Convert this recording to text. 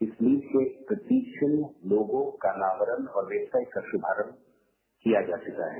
इस मीट के लोगो का अनावरण और वेबसाइट का शुभारम्म किया जा चुका है